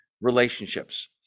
relationships